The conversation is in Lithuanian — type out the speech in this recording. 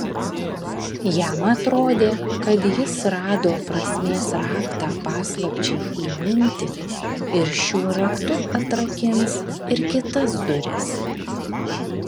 jam atrodė kad jis rado prasmės raktą paslapčiai įminti ir šiuo raktu atrakins ir kitas duris